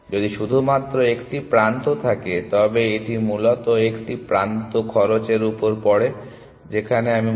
যদি শুধুমাত্র একটি প্রান্ত থাকে তবে এটি মূলত একটি প্রান্ত খরচের উপর পড়ে যেখানে আমি মনে করি এটি একের বেশি হতে পারে